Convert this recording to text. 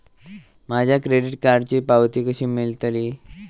माझ्या क्रेडीट कार्डची पावती कशी मिळतली?